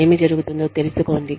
ఏమి జరుగుతుందో తెలుసుకోండి